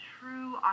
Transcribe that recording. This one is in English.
true